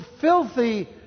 filthy